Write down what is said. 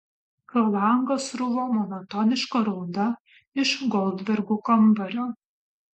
pro langą sruvo monotoniška rauda iš goldbergų kambario